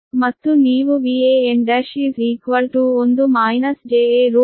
ಮತ್ತು ನೀವು Van1 Vanಅನ್ನು ಪಡೆಯುತ್ತೀರಿ